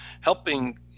helping